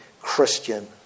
Christian